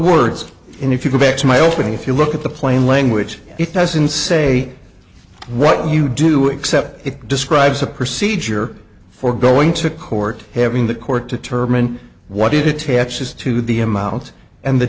words and if you go back to my opening if you look at the plain language it doesn't say what you do except it describes a procedure for going to court having the court determined what did attaches to the amount and the